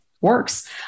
works